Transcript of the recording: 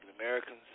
Americans